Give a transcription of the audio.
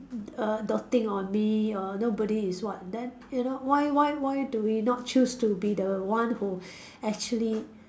err doting on me or nobody is what then why why why do we not choose to be the one who actually